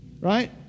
right